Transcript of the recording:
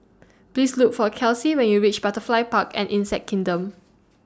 Please Look For Kelsie when YOU REACH Butterfly Park and Insect Kingdom